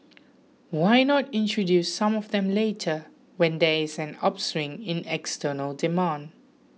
why not introduce some of them later when there is an upswing in external demand